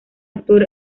actor